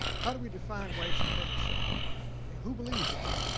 how do we define white supremacy and who believes in it?